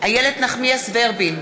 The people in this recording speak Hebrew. איילת נחמיאס ורבין,